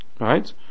right